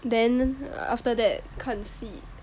then after that 看戏